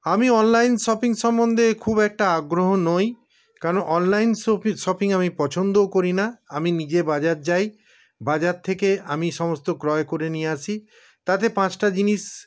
আমি online shopping সম্বন্ধে খুব একটা আগ্রহ নই কেন অনলাইন শপি শপিং আমি পছন্দও করিনা আমি নিজে বাজার যাই বাজার থেকে আমি সমস্ত ক্রয় করে নিয়ে আসি তাতে পাঁচটা জিনিস